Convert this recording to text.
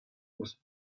ouzh